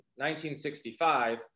1965